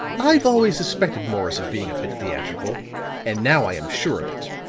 i've always suspected morris of being a bit theatrical and now i am sure of it.